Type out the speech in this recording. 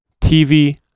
TV